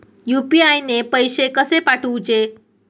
UPI ने पैशे कशे पाठवूचे?